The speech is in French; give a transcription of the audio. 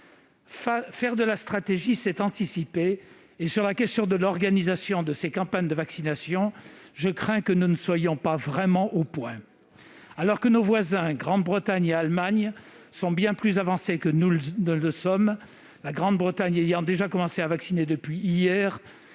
Faire de la stratégie, c'est anticiper. Or, sur la question de l'organisation de ces campagnes de vaccination, je crains que nous ne soyons pas vraiment au point. Alors que nos voisins du Royaume-Uni et d'Allemagne sont bien plus avancés que nous ne le sommes- le Royaume-Uni a déjà commencé à vacciner depuis hier